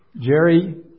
Jerry